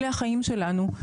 אלו החיים שלנו.